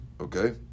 Okay